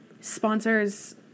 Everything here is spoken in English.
sponsors